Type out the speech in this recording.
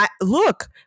look